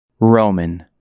Roman